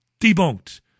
debunked